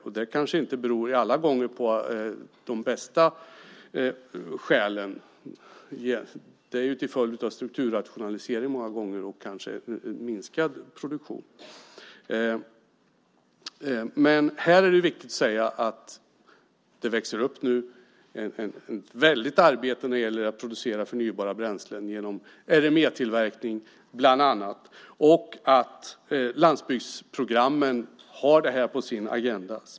Det har kanske inte alltid berott på någonting bra, utan det har många gånger varit en följd av strukturrationalisering och minskad produktion. Det är viktigt att säga att det nu växer fram ett väldigt arbete när det gäller att producera förnybara bränslen genom RME-tillverkning bland annat. Landsbygdsprogrammen har detta på sin agenda.